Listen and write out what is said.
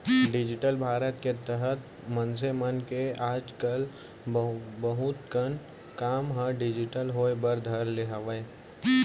digital Bharat के तहत मनसे मन के आज कल बहुत कन काम ह डिजिटल होय बर धर ले हावय